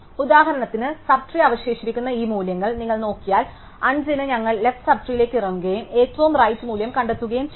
ഉദാഹരണത്തിന് sub tree അവശേഷിക്കുന്ന ഈ മൂല്യങ്ങൾ നിങ്ങൾ നോക്കിയാൽ 5 ന് ഞങ്ങൾ ലെഫ്റ് സബ് ട്രീ ലേക്ക് ഇറങ്ങുകയും ഏറ്റവും റൈറ് മൂല്യം കണ്ടെത്തുകയും ചെയ്യുന്നു